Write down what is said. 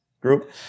group